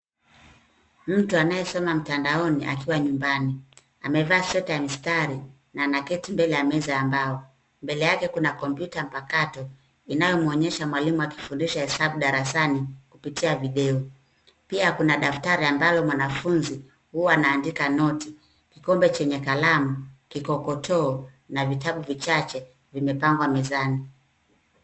Mtu anayesoma mtandaoni akiwa nyumbani, amevaa sweta ya mistari na anaketi mbele ya meza ya mbao. Mbele yake, kuna kompyuta mpakato inayomwonyesha mwalima akifundisha hesabu darasani kupitia video. Pia kuna daftari ambalo mwanafunzi huwa anaandika noti. Kikombe chenye kalamu, kikokotoo na vitabu vichache vimepangwa mezani.